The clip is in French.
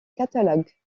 catalogue